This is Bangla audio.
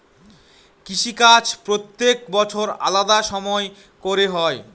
কৃষিকাজ প্রত্যেক বছর আলাদা সময় করে হয়